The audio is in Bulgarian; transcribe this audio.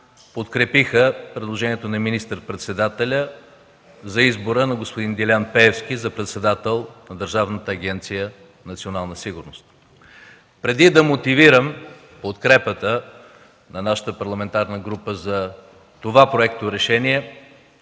подкрепиха предложението на министър-председателя за избора на господин Делян Пеевски за председател на Държавната агенция „Национална сигурност“. Преди да мотивирам подкрепата на нашата парламентарна група за това проекторешение,